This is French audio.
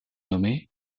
nommé